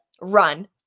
run